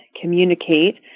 communicate